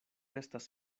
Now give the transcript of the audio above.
estas